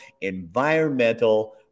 environmental